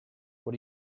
what